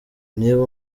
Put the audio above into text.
niba